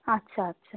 আচ্ছা আচ্ছা